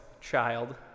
child